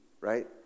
right